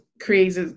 creates